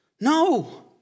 No